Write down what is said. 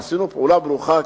עשינו פעולה ברוכה,